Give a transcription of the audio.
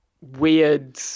weird